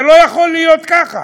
זה לא יכול להיות ככה.